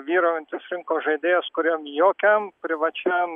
vyraujantis rinkos žaidėjas kuriam jokiam privačiam